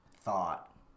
thought